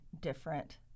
different